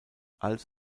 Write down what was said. als